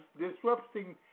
disrupting